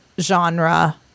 genre